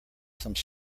some